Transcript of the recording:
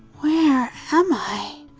where am i?